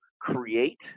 create